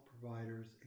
providers